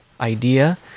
idea